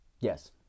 Yes